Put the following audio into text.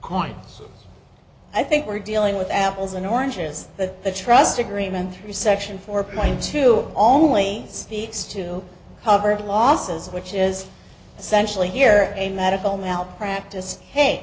coin i think we're dealing with apples and oranges but the trust agreement through section four point two only speaks to covered losses which is essentially here a medical malpractise